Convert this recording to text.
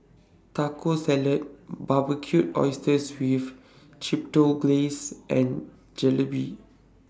Taco Salad Barbecued Oysters with Chipotle Glaze and Jalebi